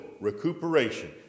recuperation